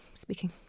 Speaking